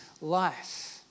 life